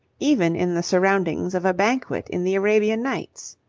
even in the surroundings of a banquet in the arabian nights.